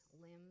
limbs